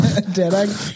Dead